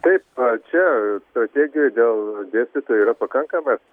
taip čia strategijoj dėl dėstytojų yra pakankamas